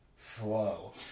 Slow